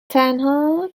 تنها